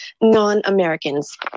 non-Americans